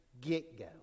get-go